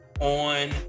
on